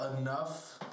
enough